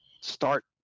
start